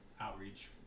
outreach